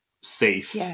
safe